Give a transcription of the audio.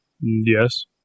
Yes